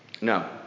No